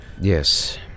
Yes